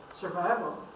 Survival